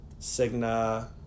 Cigna